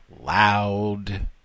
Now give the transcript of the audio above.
loud